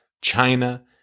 China